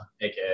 AKA